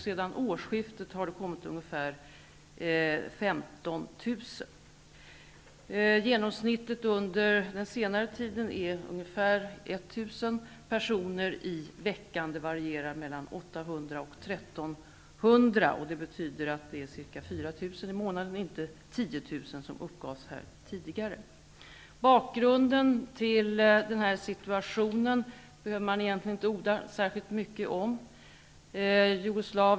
Sedan årskiftet har det kommit ungefär 15 000. Genomsnittet på senare tid är ungefär 1 000 personer i veckan. Det varierar mellan 800 och 1 300. Det betyder ca 4 000 personer i månaden, inte 10 000 som uppgavs här tidigare. Bakgrunden till den här situationen behöver man egentligen inte orda särskilt mycket om.